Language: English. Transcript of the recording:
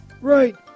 Right